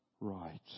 right